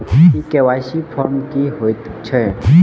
ई KYC form की हएत छै?